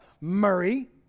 Murray